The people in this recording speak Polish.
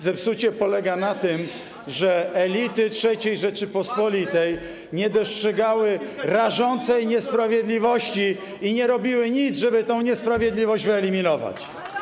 Zepsucie polega na tym, że elity III Rzeczypospolitej nie dostrzegały rażącej niesprawiedliwości i nie robiły nic, żeby tę niesprawiedliwość wyeliminować.